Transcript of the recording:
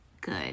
good